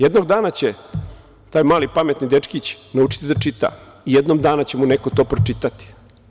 Jednog dana će taj mali pametni dečkić naučiti da čita i jednog dana će mu neko to pročitati.